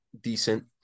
decent